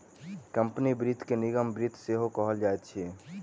company वित्त के निगम वित्त सेहो कहल जाइत अछि